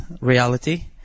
reality